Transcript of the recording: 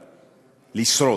לשרוד.